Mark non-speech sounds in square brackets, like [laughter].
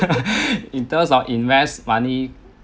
[laughs] in terms of invest money